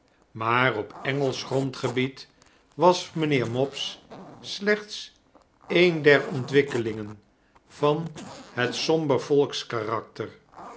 maar op engelsch grondgebied was mijnheer mopes slechts een der ontwikkelingen van het somber volkskarakter